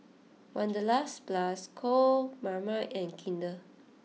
Wanderlust Plus Co Marmite and Kinder